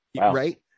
right